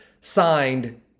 signed